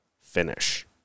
finish